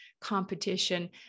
competition